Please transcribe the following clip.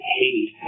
hate